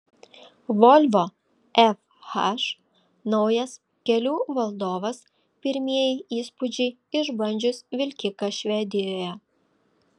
volvo fh naujas kelių valdovas pirmieji įspūdžiai išbandžius vilkiką švedijoje